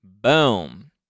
Boom